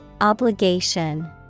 Obligation